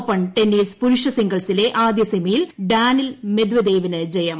open tennis പുരുഷ സിംഗിൾസിലെ ആദ്യസെമിയിൽ ഡാനിൽ മെദ്വെദേവിന് ജയം